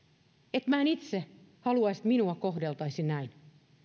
että minä en itse haluaisi että minua kohdeltaisiin näin